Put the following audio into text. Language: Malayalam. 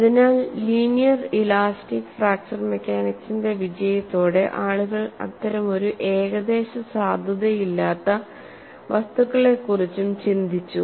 അതിനാൽ ലീനിയർ ഇലാസ്റ്റിക് ഫ്രാക്ചർ മെക്കാനിക്സിന്റെ വിജയത്തോടെ ആളുകൾ അത്തരമൊരു ഏകദേശ സാധുതയില്ലാത്ത വസ്തുക്കളെക്കുറിച്ചും ചിന്തിച്ചു